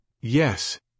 Yes